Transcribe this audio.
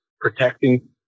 protecting